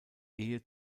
ehe